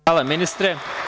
Hvala ministre.